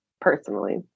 personally